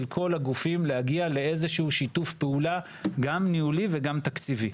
כל הגופים להגיע לאיזשהו שיתוף פעולה גם ניהולי וגם תקציבי.